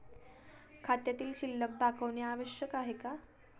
खात्यातील शिल्लक दाखवणे आवश्यक आहे का?